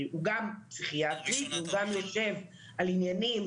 יש הרבה עניינים